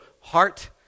heart